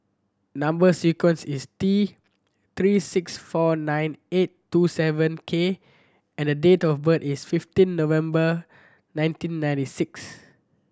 number sequence is T Three six four nine eight two seven K and date of birth is fifteen November nineteen ninety six